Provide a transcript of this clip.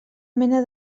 mena